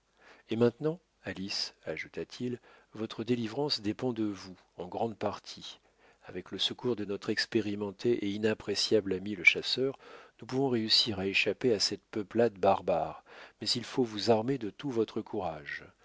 et maintenant alice ajouta-t-il votre délivrance dépend de vous en grande partie avec le secours de notre expérimenté et inappréciable ami le chasseur nous pouvons réussir à échapper à cette peuplade barbare mais il faut vous armer de tout votre courage